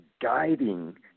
guiding